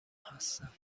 هستم